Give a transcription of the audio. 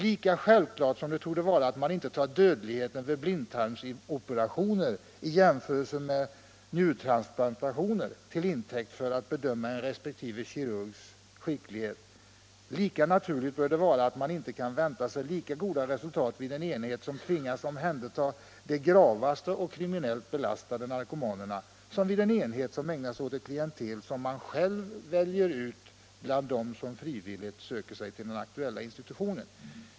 Lika självklart som det torde vara att man inte tar dödligheten vid blindtarmsoperationer i jämförelse med dödligheten vid njurtransplantationer till intäkt för en bedömning av resp. kirurgs skicklighet, lika naturligt bör det vara att man inte jämför resultaten från en enhet som tvingas omhänderta de gravaste och kriminellt belastade narkomanerna med resultaten från en enhet som behandlar ett klientel som enheten själv väljer ut bland dem som frivilligt söker sig till den aktuella institutionen.